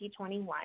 2021